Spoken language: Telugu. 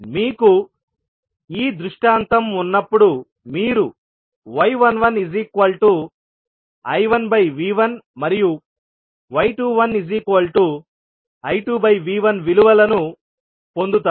మీకు ఈ దృష్టాంతం ఉన్నప్పుడు మీరు y11I1V1 మరియు y21I2V1 విలువలను పొందుతారు